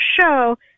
show